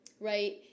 right